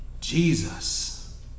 Jesus